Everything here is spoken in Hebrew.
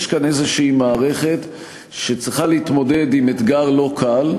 יש כאן מערכת כלשהי שצריכה להתמודד עם אתגר לא קל,